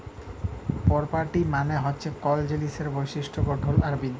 properties মালে হছে কল জিলিসের বৈশিষ্ট গঠল আর বিদ্যা